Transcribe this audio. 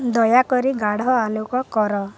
ଦୟାକରି ଗାଢ଼ ଆଲୋକ କର